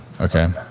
Okay